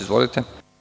Izvolite.